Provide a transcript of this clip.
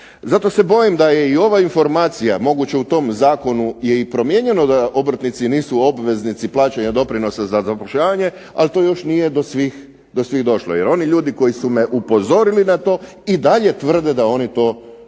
Zato se bojim da je i ova informacija moguće u tom zakonu je i promijenjeno da obrtnici nisu obveznici plaćanja doprinosa za zapošljavanje, ali to još nije do svih došlo. Jer oni ljudi koji su me upozorili na to i dalje tvrde da oni to plaćaju.